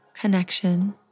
connection